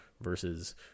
versus